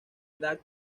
edad